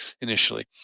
initially